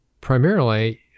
primarily